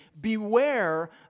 beware